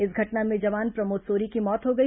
इस घटना में जवान प्रमोद सोरी की मौत हो गई